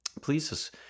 Please